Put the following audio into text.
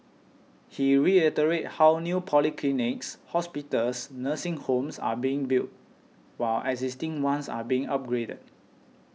he reiterated how new polyclinics hospitals nursing homes are being built while existing ones are being upgraded